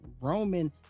roman